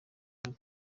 nabo